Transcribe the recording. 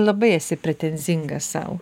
labai esi pretenzingas sau